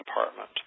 department